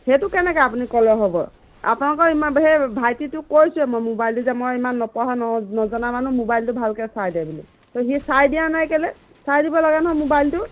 সেইটো কেনেকৈ আপুনি ক'লে হ'ব আপোনালোক ইমান সেই ভাইটিটোক কৈছোৱেই মই মোবাইলটো যে মই ইমান নপঢ়া ন নজনা মানুহ মোবাইলটো ভালকৈ চাই দে বুলি সি চাই দিয়া নাই কেলৈ চাই দিব লাগে নহয় মোবাইলটো